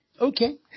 okay